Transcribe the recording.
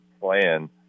plan